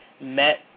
met